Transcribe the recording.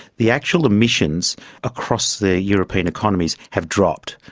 the actual emissions across the european economies have dropped.